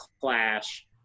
Clash